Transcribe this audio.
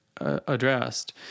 addressed